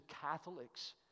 Catholics